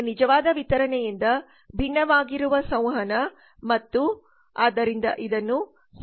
ಈಗ ನಿಜವಾದ ವಿತರಣೆಯಿಂದ ಭಿನ್ನವಾಗಿರುವ ಸಂವಹನ ಮತ್ತು ಆದ್ದರಿಂದ ಇದನ್ನು ಸಂವಹನ ಅಂತರ ಎಂದು ಕರೆಯಲಾಗುತ್ತದೆ